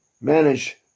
manage